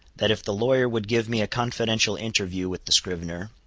that if the lawyer would give me a confidential interview with the scrivener,